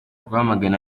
rwamagana